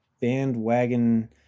bandwagon